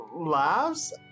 laughs